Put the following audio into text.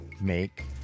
make